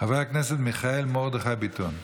חבר הכנסת מיכאל מרדכי ביטון.